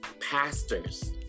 pastors